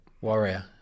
Warrior